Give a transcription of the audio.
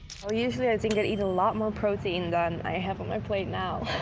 usually i think i'd eat a lot more protein than i have on my plate now.